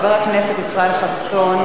חבר הכנסת ישראל חסון,